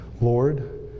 Lord